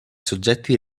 soggetti